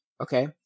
Okay